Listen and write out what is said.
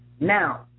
Now